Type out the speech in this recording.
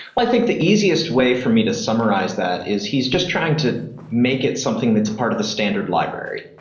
i think the easiest way for me to summarize that is he's just trying to make it something that's a part of the standard library.